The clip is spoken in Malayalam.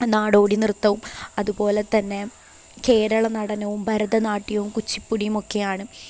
നടോടിനൃത്തവും അതുപോലെത്തന്നെ കേരള നടനവും ഭരതനാട്യവും കുച്ചിപ്പുടിയും ഒക്കെയാണ്